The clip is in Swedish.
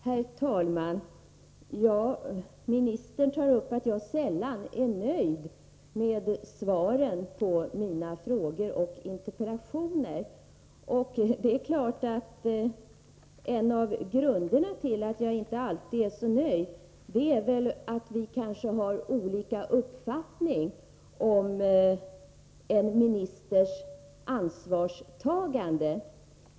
Herr talman! Sjukvårdsministern pekar på att jag sällan är nöjd med svaren på mina frågor och interpellationer. En av grunderna till att jag inte alltid är så nöjd är väl kanske att vi har olika uppfattningar om en ministers ansvarstagande.